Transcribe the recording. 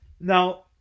Now